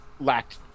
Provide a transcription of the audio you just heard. lacked